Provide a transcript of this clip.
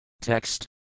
Text